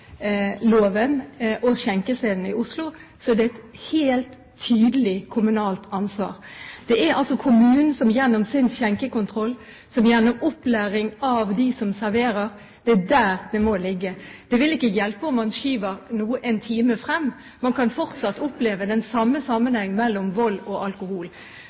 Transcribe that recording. og skjenkestedene i Oslo, er det helt tydelig et kommunalt ansvar. Det må ligge hos kommunen gjennom skjenkekontroll og gjennom opplæring av dem som serverer. Det vil ikke hjelpe om man skyver noe én time frem. Man kan fortsatt oppleve den samme sammenheng mellom vold og alkohol.